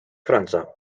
franza